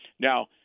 Now